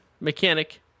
Mechanic